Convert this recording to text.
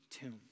tomb